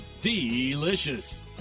Delicious